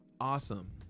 awesome